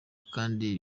kandi